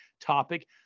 topic